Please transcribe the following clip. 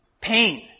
pain